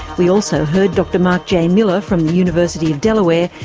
we also heard dr mark j. miller from the university of delaware,